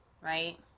right